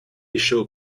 show